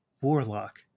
warlock